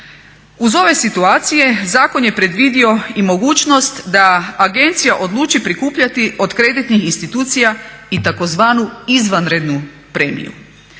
Uz ove situacije zakon je predvidio i mogućnost da agencija odluči prikupljati od kreditnih institucija i tzv. izvanrednu premiju.